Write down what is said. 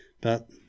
But